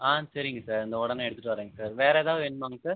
ஆ சரிங்க சார் இதோ உடனே எடுத்துகிட்டு வரேன் சார் வேறு எதாவது வேணுமாங்க சார்